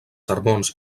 sermons